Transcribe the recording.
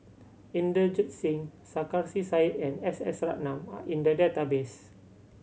Inderjit Singh Sarkasi Said and S S Ratnam are in the database